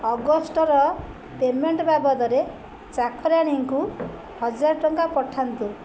ଅଗଷ୍ଟର payment ବାବଦରେ ଚାକରାଣୀଙ୍କୁ ହଜାର ଟଙ୍କା ପଠାନ୍ତୁ